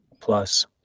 plus